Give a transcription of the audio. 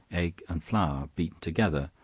egg and flour, beaten together,